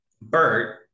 Bert